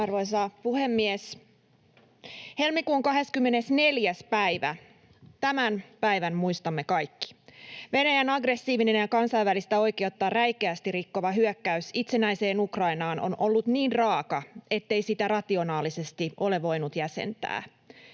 Arvoisa puhemies! Helmikuun 24. päivä — tämän päivän muistamme kaikki. Venäjän aggressiivinen ja kansainvälistä oikeutta räikeästi rikkova hyökkäys itsenäiseen Ukrainaan on ollut niin raaka, ettei sitä rationaalisesti ole voinut jäsentää.